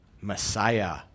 Messiah